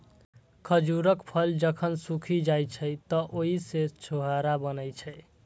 खजूरक फल जखन सूखि जाइ छै, तं ओइ सं छोहाड़ा बनै छै